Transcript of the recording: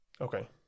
okay